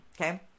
Okay